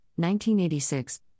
1986